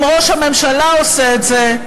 אם ראש הממשלה עושה את זה,